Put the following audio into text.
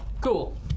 Cool